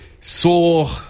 saw